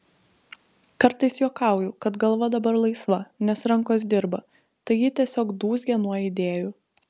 kartais juokauju kad galva dabar laisva nes rankos dirba tai ji tiesiog dūzgia nuo idėjų